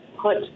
put